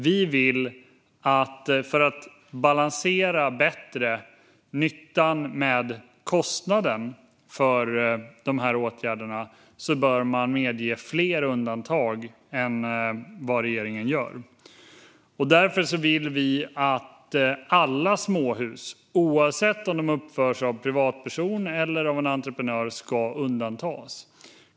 Vi vill att man för att bättre balansera nyttan med kostnaden för dessa åtgärder bör medge fler undantag än vad regeringen gör. Därför vill vi att alla småhus, oavsett om de uppförs av en privatperson eller av en entreprenör, ska undantas.